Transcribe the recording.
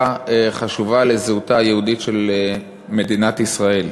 שהיא חשובה לזהותה היהודית של מדינת ישראל.